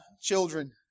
children